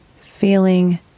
feeling